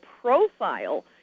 profile